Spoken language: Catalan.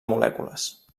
molècules